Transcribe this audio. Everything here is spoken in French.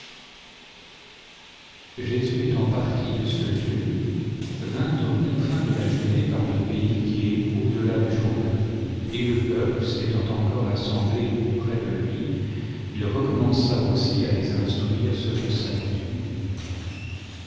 jésus étant parti de ce lieu vint aux confins de la judée par le pays qui est au-delà du jourdain et le peuple s'étant encore assemblé auprès de lui il recommença aussi à les instruire selon sa coutume